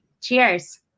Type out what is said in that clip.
Cheers